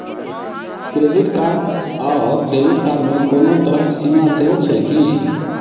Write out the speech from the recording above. Credit card आओर debit card मे कोनो तरहक सीमा सेहो छैक की?